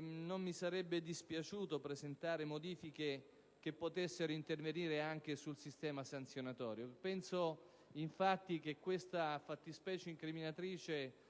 non mi sarebbe dispiaciuto presentare modifiche che potessero intervenire anche sul sistema sanzionatorio. Penso, infatti, che questa fattispecie incriminatrice